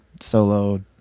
solo